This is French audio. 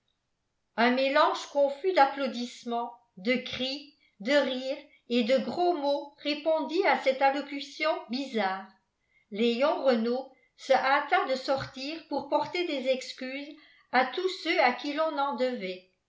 un mélange confus d'applaudissements de cris de rires et de gros mots répondit à cette allocution bizarre léon renault se hâta de sortir pour porter des excuses à tous ceux à qui l'on en devait